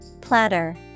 Platter